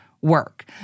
work